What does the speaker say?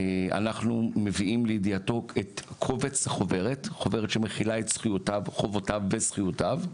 אנחנו מביאים לידיעתו את קובץ החוברת שמכילה את חובותיו וזכויותיו.